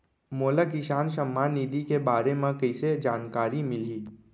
मोला किसान सम्मान निधि के बारे म कइसे जानकारी मिलही?